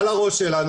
על הראש שלנו,